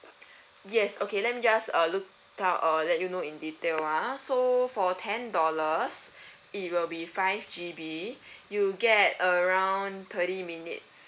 yes okay let me just uh look up uh let you know in detail ah so for ten dollars it will be five G_B you get around thirty minutes